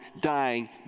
dying